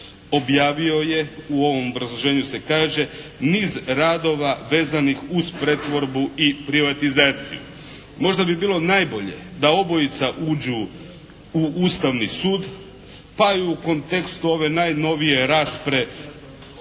objavio je u ovom obrazloženju se kaže niz radova vezanih uz pretvorbu i privatizaciju. Možda bi bilo najbolje da obojica uđu u Ustavni sud pa i u kontekstu ove najnovije rasprave